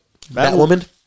Batwoman